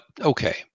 okay